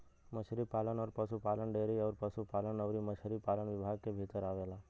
मछरी पालन अउर पसुपालन डेयरी अउर पसुपालन अउरी मछरी पालन विभाग के भीतर आवेला